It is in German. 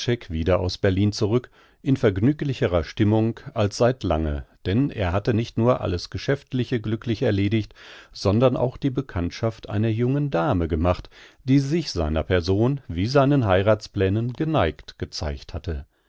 wieder aus berlin zurück in vergnüglicherer stimmung als seit lange denn er hatte nicht nur alles geschäftliche glücklich erledigt sondern auch die bekanntschaft einer jungen dame gemacht die sich seiner person wie seinen heirathsplänen geneigt gezeigt hatte